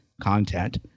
content